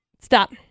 Stop